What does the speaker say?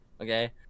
okay